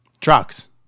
Trucks